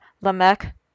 Lamech